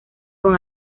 con